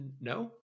No